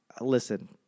listen